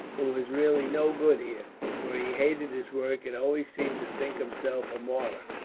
who was really no good here, for he hated his work and always seemed to think himself a martyr.